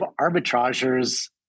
arbitragers